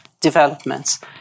developments